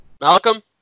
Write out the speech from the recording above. Malcolm